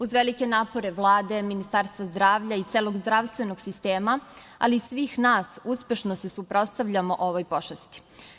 Uz velike napore Vlade, Ministarstva zdravlja i celog zdravstvenog sistema, ali i svih nas, uspešno se suprotstavljamo ovoj pošasti.